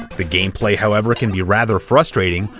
the gameplay however can be rather frustrating,